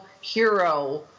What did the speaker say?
Hero